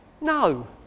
No